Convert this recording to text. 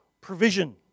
provision